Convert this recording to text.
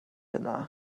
yna